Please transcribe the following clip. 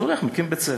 אז הוא מקים בית-ספר,